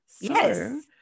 Yes